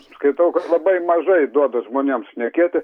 skaitau labai mažai duoda žmonėms šnekėti